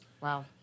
Wow